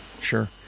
sure